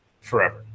forever